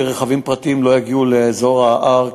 שרכבים פרטיים לא יגיעו לאזור ההר,